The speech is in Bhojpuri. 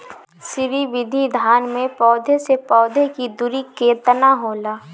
श्री विधि धान में पौधे से पौधे के दुरी केतना होला?